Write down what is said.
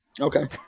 Okay